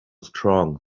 strong